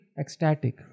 ecstatic